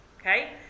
Okay